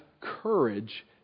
courage